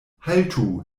haltu